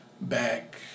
back